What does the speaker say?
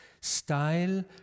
style